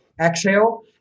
exhale